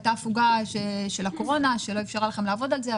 הייתה הפוגה של הקורונה שלא אפשרה לכם לעבוד על זה.